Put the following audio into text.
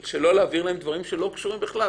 צריך להעביר להם דברים לא קשורים בכלל.